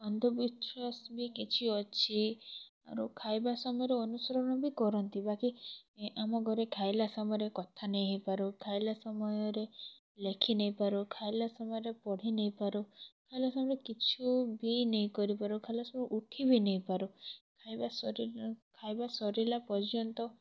ଅନ୍ଧବିଶ୍ୱାସ ବି କିଛି ଅଛି ଆମର ଖାଇବା ସମୟରେ ଅନୁସରଣ ବି କରନ୍ତି ବାକି ଆମ ଘରେ ଖାଇଲା ସମୟରେ କଥା ନେଇ ହେଇପାରୁ ଖାଇଲା ସମୟରେ ଲେଖି ନେଇପାରୁ ଖାଇଲା ସମୟରେ ପଢ଼ି ନେଇପାରୁ ଖାଇଲା ସମୟରେ କିଛି ବି ନେଇ କରିପାରୁ ଖାଇଲା ସମୟରେ ଉଠି ବି ନେଇପାରୁ ଖାଇବା ସରିଲା ଖାଇବା ସରିଲା ପର୍ଯ୍ୟନ୍ତ